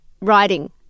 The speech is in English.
writing